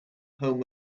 home